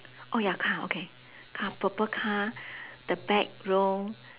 oh ya car okay car purple car the back row